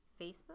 Facebook